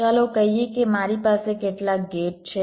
ચાલો કહીએ કે મારી પાસે કેટલાક ગેટ છે